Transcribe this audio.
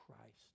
Christ